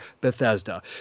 Bethesda